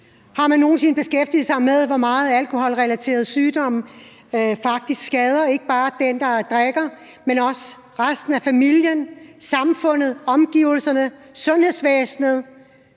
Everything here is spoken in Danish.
Har man nogen sinde beskæftiget sig med, hvor meget alkoholrelaterede sygdomme faktisk skader ikke bare den, der drikker, men også resten af familien, samfundet, omgivelserne, sundhedsvæsenet?